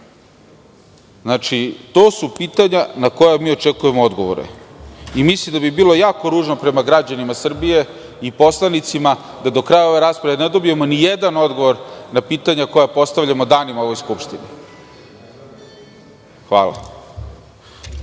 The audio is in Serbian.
godine. To su pitanja na koja očekujemo odgovore. Mislim da bi bilo jako ružno prema građanima Srbije i prema poslanicima da do kraja rasprave ne dobijemo ni jedan odgovor na pitanja koja postavljamo danima ovde u Skupštini. Hvala.